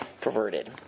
perverted